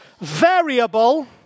variable